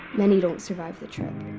many don't survive the trip.